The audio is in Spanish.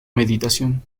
meditación